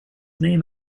name